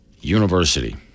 University